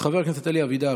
חבר הכנסת אלי אבידר,